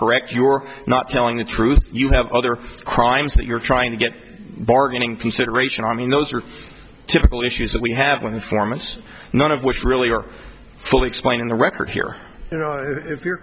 correct you're not telling the truth you have other crimes that you're trying to get bargaining consideration i mean those are typical issues that we have when the formants none of which really are fully explained in the record here you know if you're